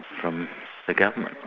from the government.